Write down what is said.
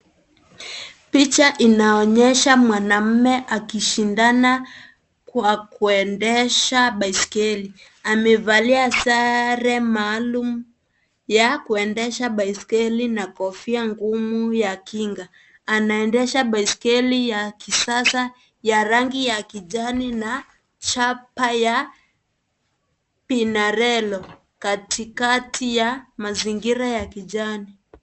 Picha inaonyesha mwanaume akishindana kwa kuendesha baiskeli . Amevalia sare maalum ya kuendesha baiskeli na kofia ngumu ya kinga . Anaendesha baisakeli ya kisasa ya rangi ya kijani na chapa ya pinarelo katikati ya mazingira ya kijani.